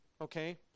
Okay